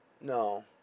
no